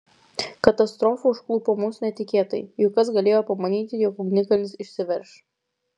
katastrofa užklupo mus netikėtai juk kas galėjo pamanyti jog ugnikalnis išsiverš